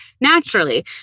naturally